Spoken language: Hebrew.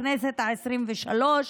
בכנסת העשרים ושלוש,